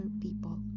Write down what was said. people